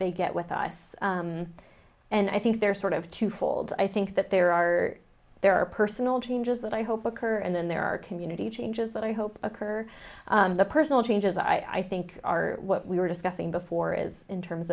they get with us and i think they're sort of twofold i think that there are there are personal changes that i hope occur and then there are community changes that i hope occur the personal changes i think are what we were discussing before is in terms